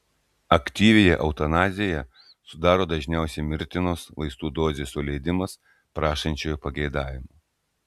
aktyviąją eutanaziją sudaro dažniausiai mirtinos vaistų dozės suleidimas prašančiojo pageidavimu